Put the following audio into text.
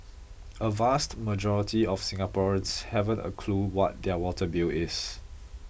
a vast majority of Singaporeans haven't a clue what their water bill is